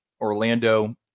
Orlando